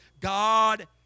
God